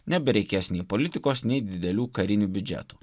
nebereikės nei politikos nei didelių karinių biudžetų